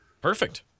Perfect